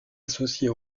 associée